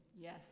yes